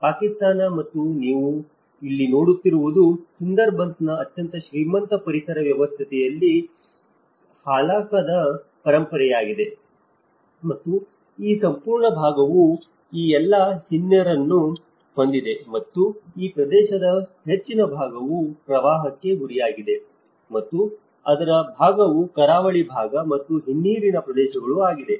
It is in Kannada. ಪಾಕಿಸ್ತಾನ ಮತ್ತು ನೀವು ಇಲ್ಲಿ ನೋಡುತ್ತಿರುವುದು ಸುಂದರಬನ್ಸ್ನ ಅತ್ಯಂತ ಶ್ರೀಮಂತ ಪರಿಸರ ವ್ಯವಸ್ಥೆಯಲ್ಲಿ ಹಾಕಲಾದ ಪರಂಪರೆಯಾಗಿದೆ ಮತ್ತು ಈ ಸಂಪೂರ್ಣ ಭಾಗವು ಈ ಎಲ್ಲಾ ಹಿನ್ನೀರನ್ನು ಹೊಂದಿದೆ ಮತ್ತು ಈ ಪ್ರದೇಶದ ಹೆಚ್ಚಿನ ಭಾಗವು ಪ್ರವಾಹಕ್ಕೆ ಗುರಿಯಾಗಿದೆ ಮತ್ತು ಅದರ ಭಾಗವು ಕರಾವಳಿ ಭಾಗ ಮತ್ತು ಹಿನ್ನೀರಿನ ಪ್ರದೇಶಗಳು ಆಗಿದೆ